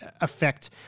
affect